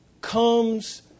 comes